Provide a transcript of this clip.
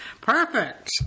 Perfect